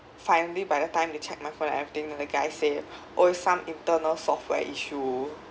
finally by the time they check my phone and everything and the guy said oh it's some internal software issue